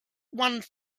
one